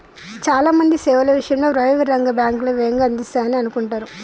చాలా మంది సేవల విషయంలో ప్రైవేట్ రంగ బ్యాంకులే వేగంగా అందిస్తాయనే అనుకుంటరు